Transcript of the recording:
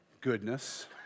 Goodness